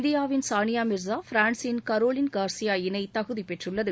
இந்தியாவின் சானியா மிர்ஸா ஃபிரான்ஸின் Caroline Garcia இணை தகுதி பெற்றுள்ளது